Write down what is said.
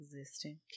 existing